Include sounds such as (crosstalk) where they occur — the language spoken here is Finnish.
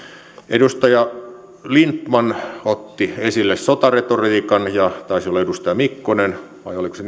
edustaja lindtman otti esille sotaretoriikan ja taisi olla edustaja mikkonen vai oliko se (unintelligible)